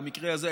במקרה הזה,